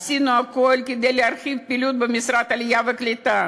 עשינו הכול כדי להרחיב פעילות במשרד העלייה והקליטה,